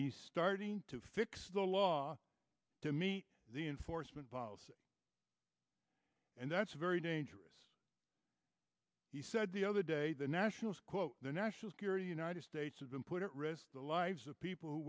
starting to fix the law to meet the enforcement and that's very dangerous he said the other day the nationals quote the national security united states has been put at risk the lives of people who